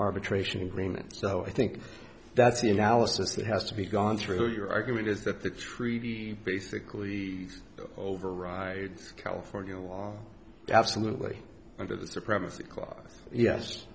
arbitration agreement so i think that's the analysis that has to be gone through your argument is that the sri be basically overrides california law absolutely under the supremacy